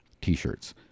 t-shirts